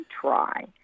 try